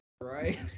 Right